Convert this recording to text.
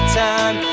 time